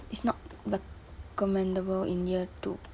is not recommendable in year two